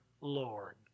Lord